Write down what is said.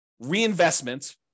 reinvestment